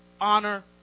Honor